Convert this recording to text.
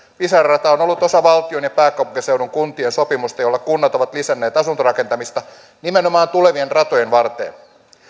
pisara rata on ollut osa valtion ja pääkaupunkiseudun kuntien sopimusta jolla kunnat ovat lisänneet asuntorakentamista nimenomaan tulevien ratojen varteen